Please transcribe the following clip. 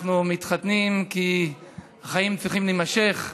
אנחנו מתחתנים כי החיים צריכים להימשך,